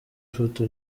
ifoto